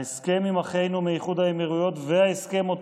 ההסכם עם אחינו מאיחוד האמירויות וההסכם עם